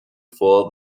for